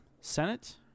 Senate